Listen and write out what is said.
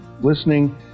listening